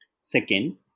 Second